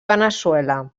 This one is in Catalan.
veneçuela